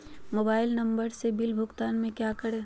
Mobile number से bill भुगतान में क्या करें?